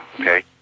okay